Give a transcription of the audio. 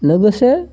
लोगोसे